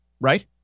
right